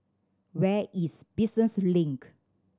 where is Business Link